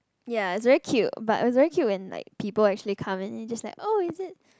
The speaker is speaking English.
ya is very cute but was very cute when like people actually come and you just like oh is it